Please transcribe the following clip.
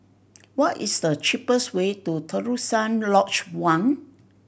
what is the cheapest way to Terusan Lodge One